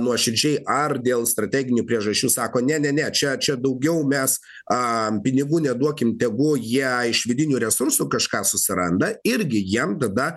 nuoširdžiai ar dėl strateginių priežasčių sako ne ne ne čia čia daugiau mes pinigų neduokim tegu jie iš vidinių resursų kažką susiranda irgi jiem tada